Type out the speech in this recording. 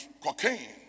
cocaine